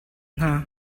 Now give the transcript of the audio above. hna